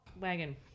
wagon